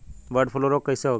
Bird flu रोग कईसे होखे?